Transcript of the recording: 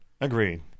Agreed